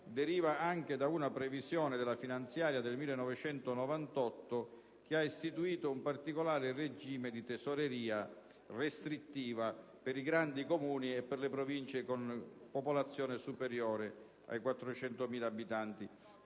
deriva anche da una previsione della finanziaria del 1998 che ha istituito un particolare regime di tesoreria restrittivo per i grandi Comuni e per le Province con popolazione superiore ai 400.000 abitanti.